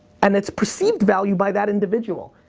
and it's perceived value by that individual.